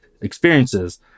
experiences